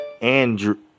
Andrew